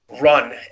run